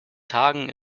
tagen